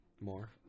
more